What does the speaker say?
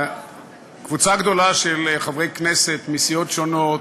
קבוצה גדולה של חברי כנסת מסיעות שונות,